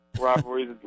rivalries